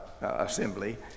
assembly